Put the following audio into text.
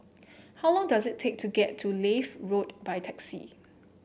how long does it take to get to Leith Road by taxi